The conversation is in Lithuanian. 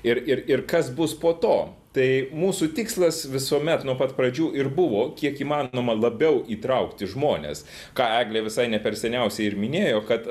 ir ir ir kas bus po to tai mūsų tikslas visuomet nuo pat pradžių ir buvo kiek įmanoma labiau įtraukti žmones ką eglė visai ne per seniausiai ir minėjo kad